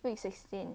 week sixteen